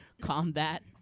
combat